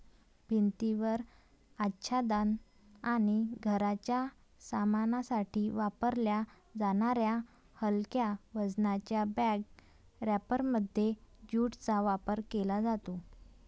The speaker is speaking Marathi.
भिंतीवर आच्छादन आणि घराच्या सामानासाठी वापरल्या जाणाऱ्या हलक्या वजनाच्या बॅग रॅपरमध्ये ज्यूटचा वापर केला जातो